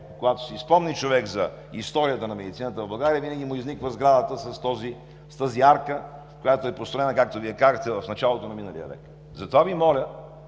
Когато си спомни човек за историята на медицината в България, винаги му изниква сградата с тази арка, която е построена, както Вие казахте, в началото на миналия век. Затова Ви моля